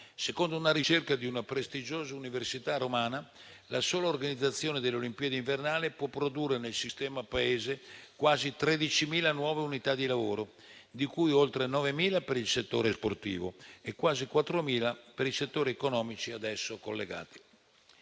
Secondo la ricerca di una prestigiosa università romana, la sola organizzazione delle Olimpiadi invernali può produrre nel sistema Paese quasi 13.000 nuove unità di lavoro, oltre 9.000 delle quali per il settore sportivo e quasi 4.000 per i settori economici ad esso collegati.